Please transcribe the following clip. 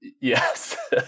Yes